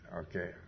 okay